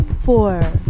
four